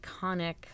iconic